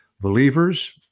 believers